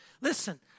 Listen